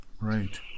Right